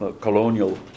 colonial